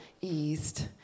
eased